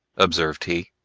observed he.